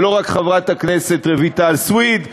זה לא רק חברת הכנסת רויטל סויד,